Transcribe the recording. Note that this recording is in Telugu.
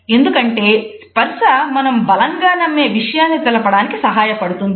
ఎందుకంటే స్పర్స మనం బలంగా నమ్మే విషయాన్ని తెలపడానికి సహాయపడుతుంది